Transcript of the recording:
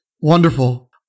Wonderful